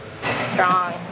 Strong